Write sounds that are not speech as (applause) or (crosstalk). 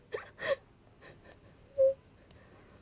(laughs)